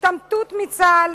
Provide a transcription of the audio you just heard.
השתמטות מצה"ל,